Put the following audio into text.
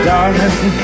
Darling